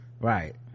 Right